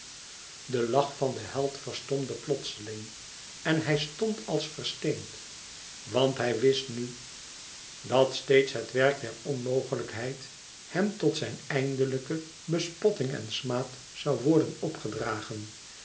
de lach van den held verstomde plotseling en hij stond als versteend want hij wist nu dat steeds het werk der onmogelijkheid hem tot zijn eindelijke bespotting en smaad zoû worden